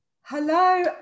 Hello